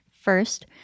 First